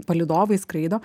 palydovai skraido